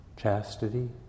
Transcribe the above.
chastity